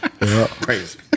Crazy